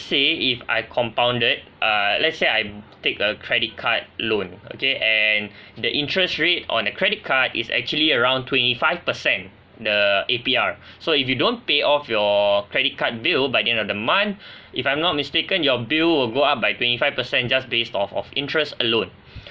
say if I compounded uh let's say I'm take a credit card loan okay and the interest rate on a credit card is actually around twenty five per cent the A_P_R so if you don't pay off your credit card bill by the end of the month if I'm not mistaken your bill will go up by twenty five per cent just based off of interest alone